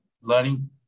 learning